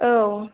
औ